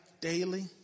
daily